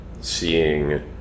seeing